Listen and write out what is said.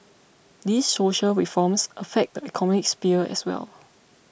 these social reforms affect the economic sphere as well